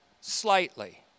slightly